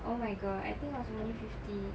oh my god I think was only fifty